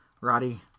Roddy